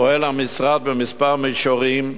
המשרד פועל בכמה מישורים,